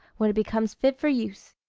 when it becomes fit for use.